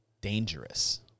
dangerous